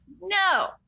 no